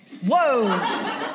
Whoa